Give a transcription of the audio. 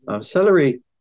Celery